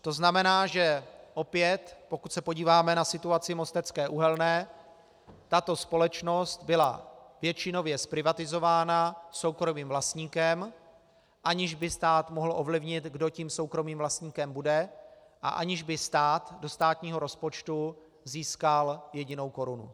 To znamená, že opět, pokud se podíváme na situaci Mostecké uhelné, tato společnost byla většinově zprivatizována soukromým vlastníkem, aniž by stát mohl ovlivnit, kdo tím soukromým vlastníkem bude, a aniž by stát do státního rozpočtu získal jedinou korunu.